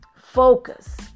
focus